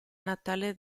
natale